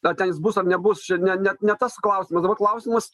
ar ten jis bus ar nebus čia ne ne ne tas klausimas dabar klausimas